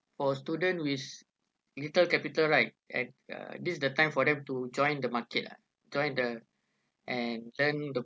for student with little capital right eh this is the time for them to join the market ah join the and then the